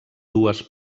dues